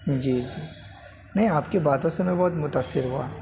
جی جی نہیں آپ کی باتوں سے میں بہت متأثر ہوا